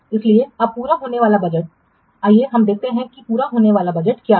इसलिए अब पूरा होने वाला बजट आइए हम देखते हैं कि पूरा होने वाला बजट क्या है